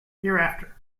hereafter